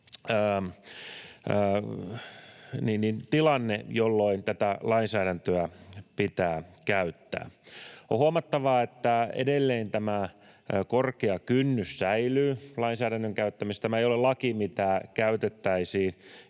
tilanne, jolloin tätä lainsäädäntöä pitää käyttää. On huomattava, että edelleen tämä korkea kynnys säilyy lainsäädännön käyttämisessä. Tämä ei ole laki, mitä käytettäisiin